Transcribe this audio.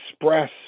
express